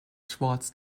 schwartz